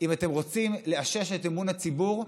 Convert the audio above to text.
אם אתם רוצים לאושש את אמון הציבור,